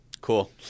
Cool